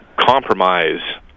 compromise